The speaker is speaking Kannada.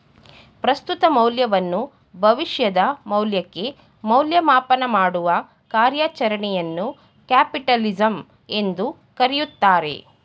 ಪ್ರಸ್ತುತ ಮೌಲ್ಯವನ್ನು ಭವಿಷ್ಯದ ಮೌಲ್ಯಕ್ಕೆ ಮೌಲ್ಯಮಾಪನ ಮಾಡುವ ಕಾರ್ಯಚರಣೆಯನ್ನು ಕ್ಯಾಪಿಟಲಿಸಂ ಎಂದು ಕರೆಯುತ್ತಾರೆ